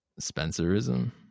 Spencerism